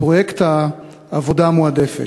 פרויקט העבודה המועדפת.